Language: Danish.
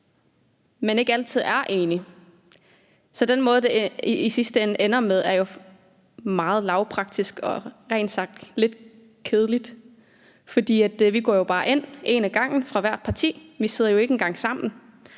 man ikke altid er enige, så den måde, det i sidste ende ender med at foregå på, er jo meget lavpraktisk og rent ud sagt lidt kedelig. For vi går jo bare ind én fra hvert parti ad gangen – vi sidder jo ikke engang sammen